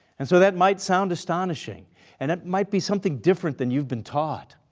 and so that might sound astonishing and that might be something different than you've been taught.